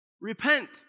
repent